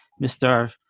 Mr